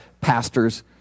pastors